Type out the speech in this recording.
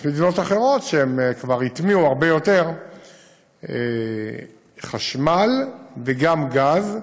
יש מדינות אחרות שכבר הטמיעו הרבה יותר חשמל וגם גז,